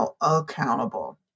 accountable